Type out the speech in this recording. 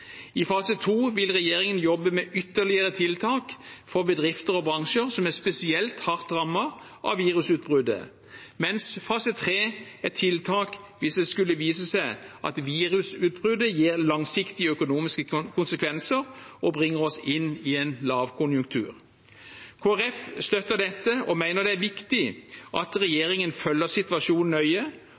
i inntekten nå. I fase to vil regjeringen jobbe med ytterligere tiltak for bedrifter og bransjer som er spesielt hardt rammet av virusutbruddet, mens fase tre er tiltak hvis det skulle vise seg at virusutbruddet gir langsiktige økonomiske konsekvenser og bringer oss inn i en lavkonjunktur. Kristelig Folkeparti støtter dette og mener det er viktig at regjeringen følger situasjonen nøye